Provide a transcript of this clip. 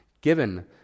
Given